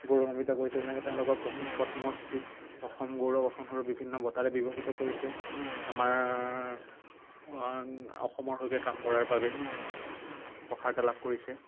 গৌৰৱান্বিত কৰিছে যেনেকে তেওঁলোকক পদ্মশ্ৰী অসম গৌৰৱ অসমৰ বিভিন্ন বঁটাৰে বিভূসিত কৰিছে আমাৰ অসমৰ হকে কাম কৰাৰ বাবে প্ৰসাৰতা লাভ কৰিছে